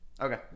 okay